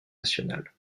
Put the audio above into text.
nationale